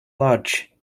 lodge